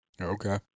Okay